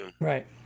Right